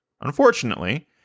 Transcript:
Unfortunately